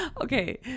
okay